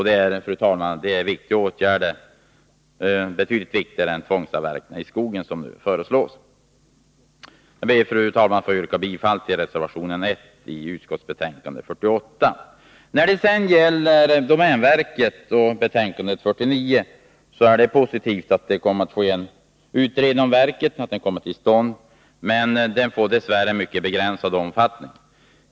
Dessa åtgärder, fru talman, är betydligt viktigare än tvångsavverkningar i skogen, som regeringen föreslår. Fru talman! Jag ber att få yrka bifall till reservation 1 i näringsutskottets betänkande 48. När det gäller domänverket och betänkande 49 är det positivt att en utredning om verket kommer till stånd. Men den får dess värre mycket begränsad omfattning.